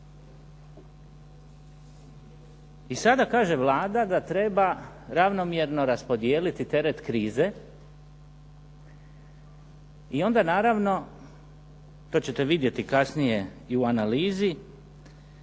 I sada kaže Vlada da treba ravnomjerno raspodijeliti teret krize i onda naravno, to ćete vidjeti kasnije i u analizi,